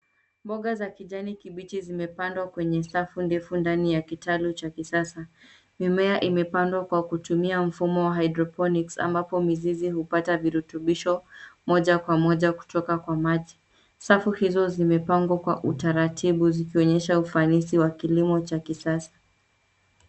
Mboga za kijani kibichi zimepandwa kwenye safu ndefu ndani ya kitalu cha kisasa. Mimea imepandwa kwa kutumia mfumo wa hydroponics ambapo mizizi hupata virutubisho moja kwa moja kutoka kwa maji. Safu hizo zimepangwa kwa utaratibu, zikionyesha ufanisi wa kilimo cha kisasa.